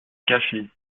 caché